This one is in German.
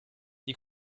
die